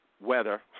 weather